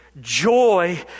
joy